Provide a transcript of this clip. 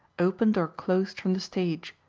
opened or closed from the stage.